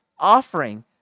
offering